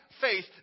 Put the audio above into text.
faith